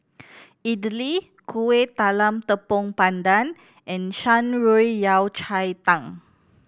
idly Kueh Talam Tepong Pandan and Shan Rui Yao Cai Tang